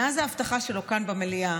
מאז ההבטחה שלו כאן במליאה,